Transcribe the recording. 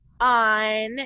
on